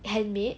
handmade